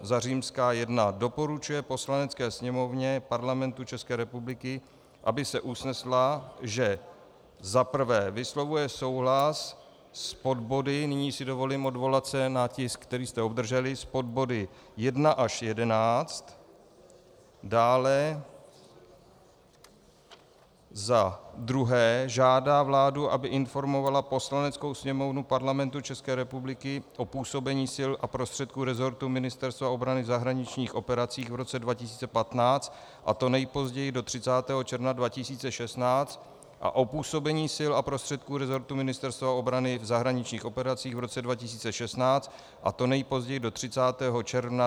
I. doporučuje Poslanecké sněmovně Parlamentu České republiky, aby se usnesla, že za prvé vyslovuje souhlas s podbody, nyní si dovolím odvolat se na tisk, který jste obdrželi, s podbody 1 až 11, dále za druhé žádá vládu, aby informovala Poslaneckou sněmovnu Parlamentu České republiky o působení sil a prostředků rezortu Ministerstva obrany v zahraničních operacích v roce 2015, a to nejpozději do 30. června 2016, a o působení sil a prostředků rezortu Ministerstva obrany v zahraničních operacích v roce 2016, a to nejpozději do 30. června 2017;